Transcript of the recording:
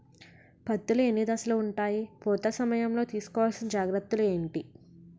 పత్తి లో ఎన్ని దశలు ఉంటాయి? పూత సమయం లో తీసుకోవల్సిన జాగ్రత్తలు ఏంటి?